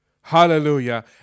hallelujah